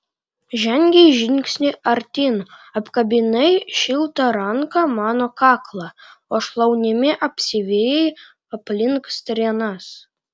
žengei žingsnį artyn apkabinai šilta ranka mano kaklą o šlaunimi apsivijai aplink strėnas